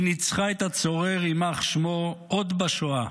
היא ניצחה את הצורר יימח שמו עוד בשואה,